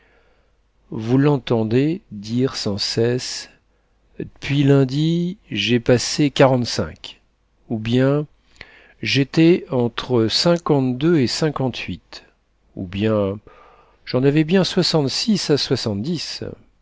vous l'entendez dire sans cesse d'puis lundi j'ai passé quarante-cinq ou bien j'étais entre cinquante-deux et cinquante-huit ou bien j'en avais bien soixante-six à soixante-dix